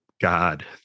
God